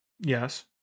yes